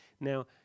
Now